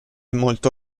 molto